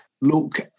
look